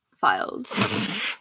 files